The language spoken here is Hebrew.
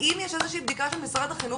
האם יש איזושהי בדיקה של משרד החינוך,